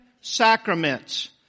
sacraments